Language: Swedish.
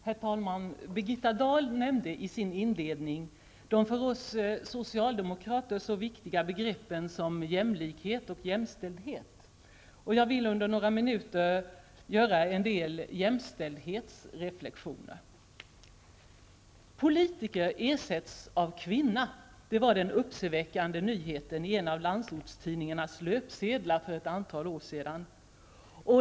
Herr talman! Birgitta Dahl nämnde i sin inledning de för oss socialdemokrater så viktiga bergreppen som jämlikhet och jämställdhet, och jag vill under några minuter göra en del jämställdhetsreflexioner. ''Politiker ersätts av kvinna'' var den uppseendeväckande nyheten på en av landsortstidningarnas löpsedlar för ett antal år sedan.